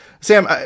sam